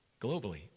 Globally